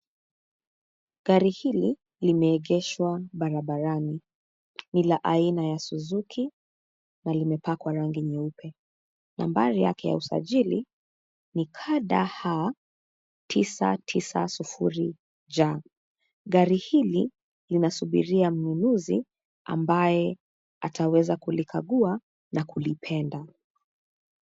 Gari hili limeegeshwa barabarani, ni la aina ya Suzuki na limepakwa rangi nyeupe. Nambari yake ya usajili ni KDH 990J. Gari hili linasubiria mnunuzi ambaye ataweza kulikagua na kulipenda.